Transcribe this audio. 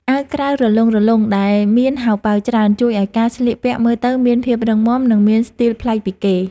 អាវក្រៅរលុងៗដែលមានហោប៉ៅច្រើន ជួយឱ្យការស្លៀកពាក់មើលទៅមានភាពរឹងមាំ និងមានស្ទីលប្លែកពីគេ។